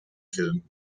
film